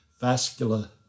vascular